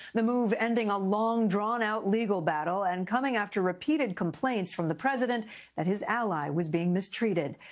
the move ending a long, drawn out legal battle and coming after repeated complaints from the president that his ally was being mistreated.